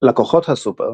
לקוחות הסופר